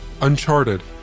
Uncharted